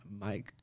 Mike